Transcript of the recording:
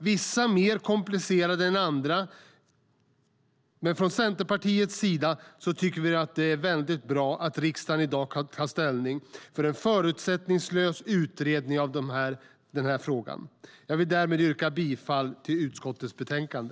Vissa är mer komplicerade än andra. Men från Centerpartiets sida tycker vi att det är väldigt bra att riksdagen i dag kan ta ställning för en förutsättningslös utredning av den här frågan. Jag vill därmed yrka bifall till förslaget i utskottets betänkande.